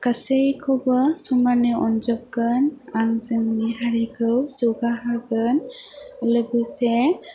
गासैखौबो समानै अनजोबगोन आं जोंनि हारिखौ जौगाहोगोन लोगोसे